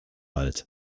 alt